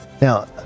Now